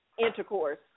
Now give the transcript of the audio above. Intercourse